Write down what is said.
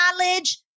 knowledge